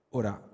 ora